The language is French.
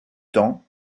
temps